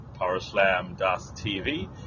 Powerslam.tv